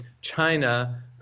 China